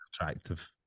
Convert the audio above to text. attractive